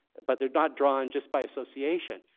but they're not drawn just by association,